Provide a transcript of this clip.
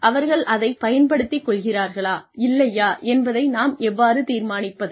அவர்கள்அதைப்பயன்படுத்திக் கொள்கிறார்களா இல்லையா என்பதை நாம் எவ்வாறு தீர்மானிப்பது